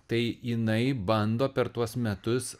tai jinai bando per tuos metus